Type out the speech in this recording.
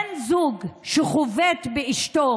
בן זוג שחובט באשתו